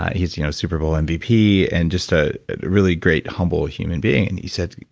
he's you know superbowl and mvp and just a really great, humble human being. and he said,